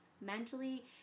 mentally